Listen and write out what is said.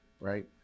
right